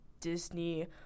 Disney